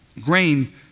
Grain